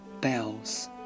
bells